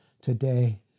today